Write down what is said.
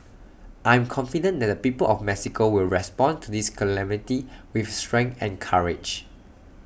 I am confident that the people of Mexico will respond to this calamity with strength and courage